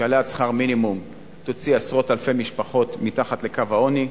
שעליית שכר המינימום תוציא עשרות אלפי משפחות שמצויות מתחת לקו העוני.